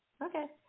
Okay